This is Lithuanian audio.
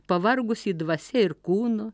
pavargusį dvasia ir kūnu